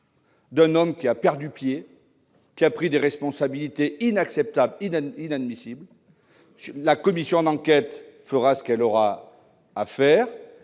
d'un homme qui a perdu pied après avoir pris des responsabilités inacceptables et inadmissibles. La commission d'enquête fera ce qu'elle a à faire,